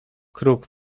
kruk